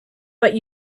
but